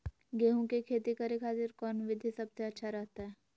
गेहूं के खेती करे खातिर कौन विधि सबसे अच्छा रहतय?